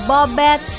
Bobet